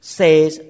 says